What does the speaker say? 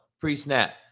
pre-snap